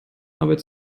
arbeit